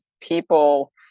people